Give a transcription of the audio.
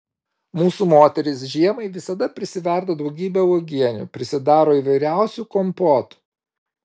mūsų moterys žiemai visada prisiverda daugybę uogienių prisidaro įvairiausių kompotų